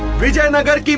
vijayanagara